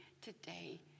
today